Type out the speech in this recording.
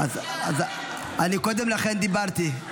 קודם לכן דיברתי,